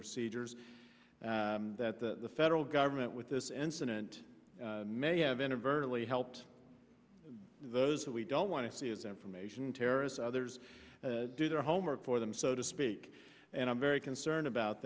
procedures that the federal government with this incident may have inadvertently helped those that we don't want to see is information terrorists others do their homework for them so to speak and i'm very concerned about